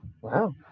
Wow